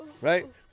right